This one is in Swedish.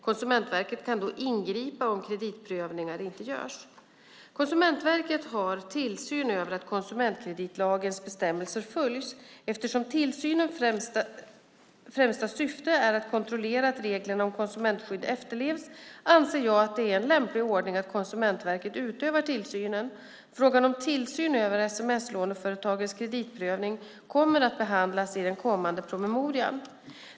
Konsumentverket kan då ingripa om kreditprövningar inte görs. Konsumentverket har tillsyn över att konsumentkreditlagens bestämmelser följs. Eftersom tillsynens främsta syfte är att kontrollera att reglerna om konsumentskydd efterlevs, anser jag att det är en lämplig ordning att Konsumentverket utövar tillsynen. Frågan om tillsyn över sms-låneföretagens kreditprövning kommer att behandlas i den kommande promemorian.